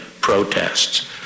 protests